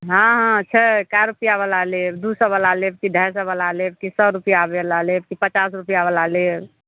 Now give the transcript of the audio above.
हँ हँ छै कै रुपैआवला लेब दुइ सओवला लेब कि अढ़ाइ सओवला लेब कि सओ रुपैआवला लेब कि पचास रुपैआवला लेब